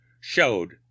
showed